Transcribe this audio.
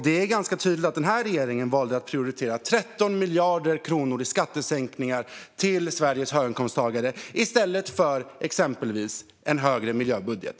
Det är ganska tydligt att den här regeringen valde att prioritera 13 miljarder kronor i skattesänkningar till Sveriges höginkomsttagare i stället för exempelvis en högre miljöbudget.